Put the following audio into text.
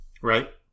Right